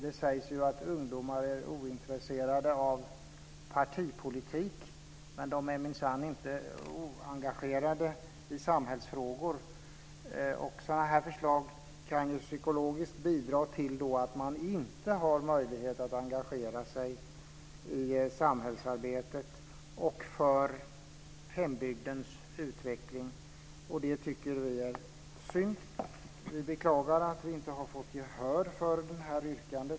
Det sägs att ungdomar är ointresserade av partipolitik, men de är minsann inte oengagerade i samhällsfrågor. Sådant här kan psykologiskt bidra till att man inte har möjlighet att engagera sig i samhällsarbetet och för hembygdens utveckling, och det tycker vi är synd. Vi beklagar att vi inte har fått gehör för detta yrkande.